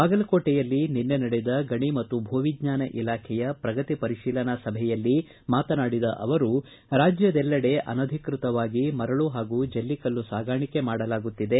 ಬಾಗಲಕೋಟೆಯಲ್ಲಿ ನಿನ್ನೆ ನಡೆದ ಗಣಿ ಮತ್ತು ಭೂವಿಜ್ಞಾನ ಇಲಾಖೆಯ ಪ್ರಗತಿ ಪರಿತೀಲನಾ ಸಭೆಯಲ್ಲಿ ಮಾತನಾಡಿದ ಅವರು ರಾಜ್ವದೆಲ್ಲೆಡೆ ಅನಧಿಕೃವಾಗಿ ಮರಳು ಹಾಗೂ ಜಲ್ಲಿಕಲ್ಲು ಸಾಗಾಣಿಕೆ ಮಾಡಲಾಗುತ್ತಿದೆ